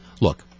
look